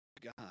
God